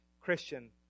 Christian